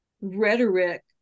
rhetoric